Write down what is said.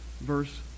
verse